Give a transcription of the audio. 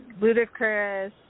Ludacris